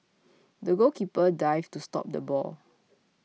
the goalkeeper dived to stop the ball